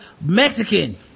Mexican